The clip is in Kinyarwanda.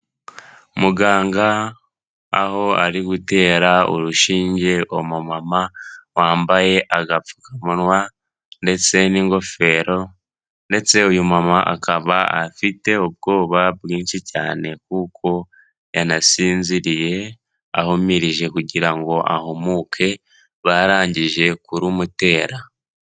Muganga aho ari gutera urushinge umumama wambaye agapfukamunwa ndetse n'ingofero ndetse uyu mama akaba afite ubwoba bwinshi cyane kuko yanasinziriye ahumirije kugira ngo ahumuke barangije kurumutera.